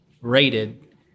rated